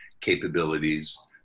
capabilities